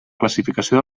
classificació